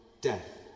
death